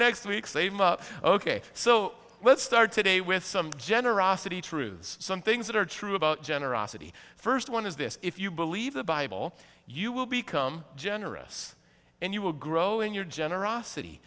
next week save ok so let's start today with some generosity truths some things that are true about generosity first one is this if you believe the bible you will become generous and you will grow in your generosity